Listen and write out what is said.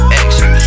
action